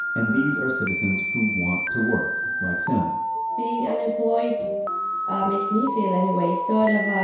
and these are citizens who want to work, like sanna being unemployed makes me feel, anyway, sort of of